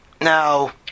Now